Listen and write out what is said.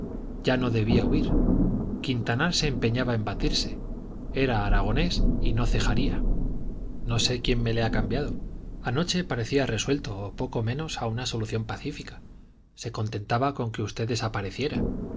ya no debía huir quintanar se empeñaba en batirse era aragonés y no cejaría no sé quién me le ha cambiado anoche parecía resuelto o poco menos a una solución pacífica se contentaba con que usted desapareciera